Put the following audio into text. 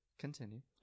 continue